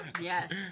Yes